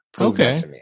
Okay